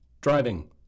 driving